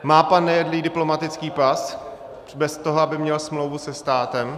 Má pan Nejedlý diplomatický pas bez toho, aby měl smlouvu se státem?